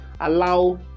allow